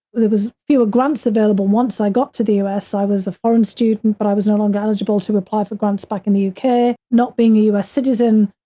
there was fewer grants available. once i got to the u. s, i was a foreign student, but i was no longer eligible to apply for grants back in the uk not being a us citizen.